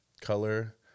color